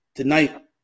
Tonight